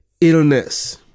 illness